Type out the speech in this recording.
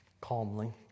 calmly